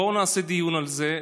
בואו נעשה דיון על זה,